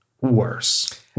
worse